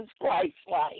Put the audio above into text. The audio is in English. Christ-like